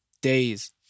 days